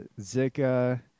Zika